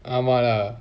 ஆமா:aama lah